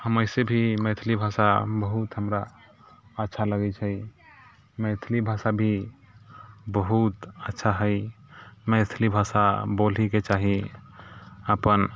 हम एहि से भी मैथिली भाषा बहुत हमरा अच्छा लगैत छै मैथिली भाषा भी बहुत अच्छा हइ मैथिली भाषा बोलैके चाही अपन